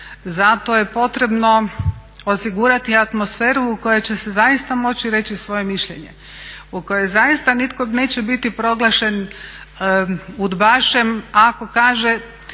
zato je potrebno osigurati atmosferu u kojoj će se zaista moći reći svoje mišljenje u kojoj zaista neće biti nitko proglašen udbašem ako kaže